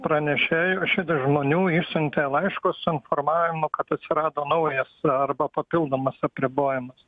pranešėjų šitų žmonių išsiuntė laiškus su informavimu kad atsirado naujas arba papildomas apribojimas